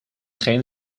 geen